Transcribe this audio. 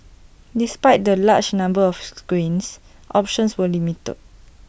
despite the larger number of screens options were limited